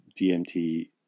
DMT